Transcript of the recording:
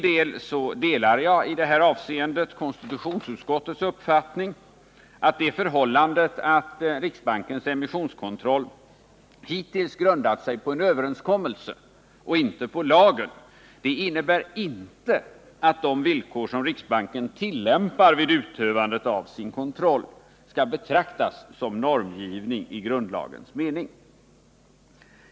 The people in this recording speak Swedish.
Själv delar jag i det här avseendet konstitutionsutskottets uppfattning att det förhållandet, att riksbankens emissionskortroll hittills grundat sig på en överenskommelse och inte på lagen, inte innebär att de villkor som riksbanken tillämpar vid utövandet av sin kontroll skall betraktas som normgivning i grundlagens mening.